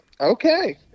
Okay